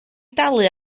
dalu